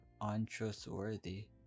untrustworthy